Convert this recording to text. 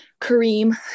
Kareem